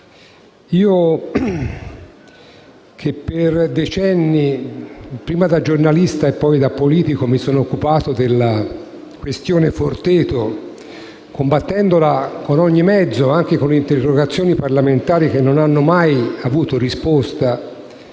io che per decenni (prima da giornalista e poi da politico) mi sono occupato della questione relativa alla cooperativa "Il Forteto", combattendola con ogni mezzo, anche con interrogazioni parlamentari che non hanno mai avuto risposta,